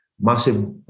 massive